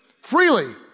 freely